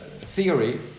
theory